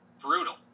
brutal